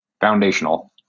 foundational